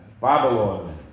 babylon